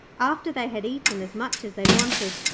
after they had eaten as much as they wanted,